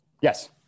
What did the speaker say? Yes